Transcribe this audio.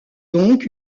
donc